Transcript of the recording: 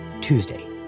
Tuesday